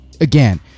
again